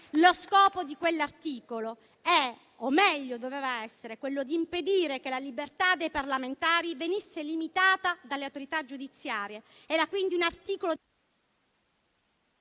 il cui scopo è - o, meglio, doveva essere -quello di impedire che la libertà dei parlamentari venga limitata dalle autorità giudiziarie. Era quindi un articolo...